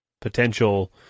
potential